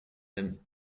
him